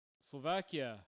Slovakia